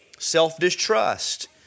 Self-distrust